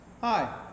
Hi